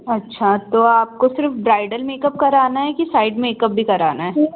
अच्छा तो आपको सिर्फ़ ब्राइडल मेकअप करवाना है कि साइड मेकअप भी कराना है